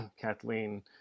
Kathleen